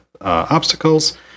obstacles